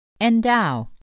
Endow